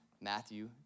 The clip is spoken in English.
Matthew